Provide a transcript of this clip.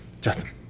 Justin